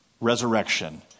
Resurrection